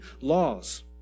laws